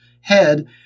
head